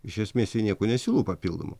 iš esmės jie nieko nesiūlo papildomo